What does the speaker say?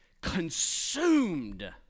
consumed